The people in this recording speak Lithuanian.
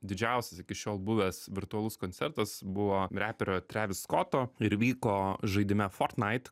didžiausias iki šiol buvęs virtualus koncertas buvo reperio trevi skoto ir vyko žaidime fortnait